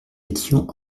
étions